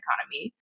economy